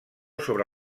sobre